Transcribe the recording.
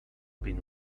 been